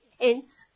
hence